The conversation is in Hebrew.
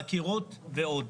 חקירות ועוד.